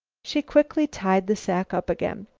she quickly tied the sack up again.